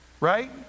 right